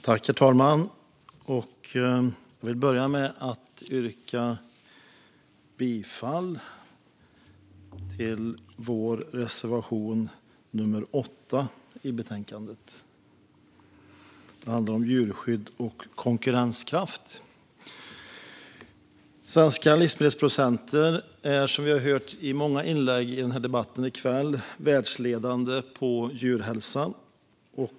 Herr talman! Jag vill börja med att yrka bifall till vår reservation nummer 8 i betänkandet. Det handlar om djurskydd och konkurrenskraft. Svenska livsmedelsproducenter är, som vi har hört i många inlägg i kvällens debatt, världsledande på djurhälsa.